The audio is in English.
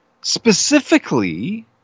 specifically